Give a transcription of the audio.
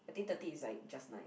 I think thirty is like just nice